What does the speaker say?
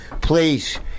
Please